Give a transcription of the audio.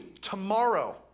tomorrow